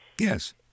Yes